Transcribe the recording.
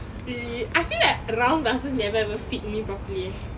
really I feel like round doesn't ever fit me properly leh